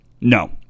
No